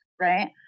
right